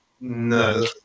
no